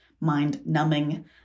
mind-numbing